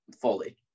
fully